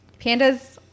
pandas